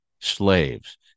slaves